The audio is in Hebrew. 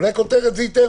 אולי כותרת זה ייתן,